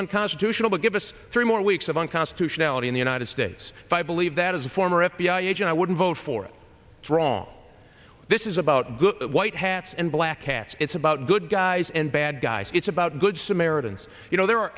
unconstitutional to give us three more weeks of unconstitutionality in the united states if i believe that as a former f b i agent i wouldn't vote for it it's wrong this is about good white hats and black hats it's about good guys and bad guys it's about good samaritans you know the